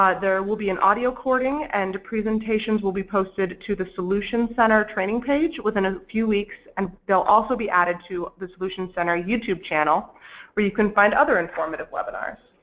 ah there will be an audio recording and presentations will be posted to the solution center training page within a few weeks and will also be added to the solution center youtube channel where you can find other informative webinars.